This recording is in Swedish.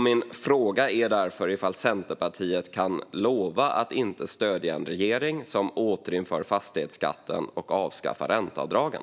Min fråga är därför: Kan Centerpartiet lova att inte stödja en regering som återinför fastighetsskatten och avskaffar ränteavdragen?